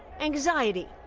anxiety.